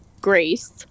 grace